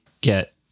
get